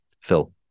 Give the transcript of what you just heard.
Phil